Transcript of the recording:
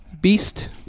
Beast